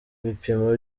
bipimo